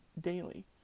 daily